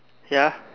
ya